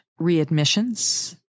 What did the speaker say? Readmissions